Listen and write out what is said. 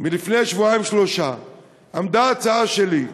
לפני שבועיים-שלושה עמדה הצעה שלי,